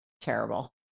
terrible